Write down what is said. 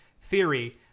theory